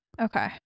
Okay